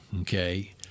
okay